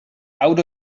out